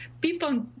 People